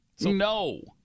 no